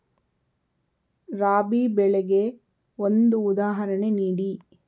ರಾಬಿ ಬೆಳೆಗೆ ಒಂದು ಉದಾಹರಣೆ ನೀಡಿ